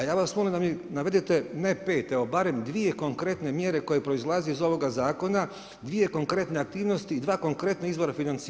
Ja vas molim da mi navedete ne 5, evo barem dvije konkretne mjere koje proizlaze iz ovog Zakona, dvije konkretne aktivnosti i dva konkretna izvora financiranja.